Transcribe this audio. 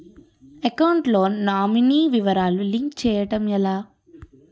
Account లో nominee వివరాలు link చేయటం ఎలా?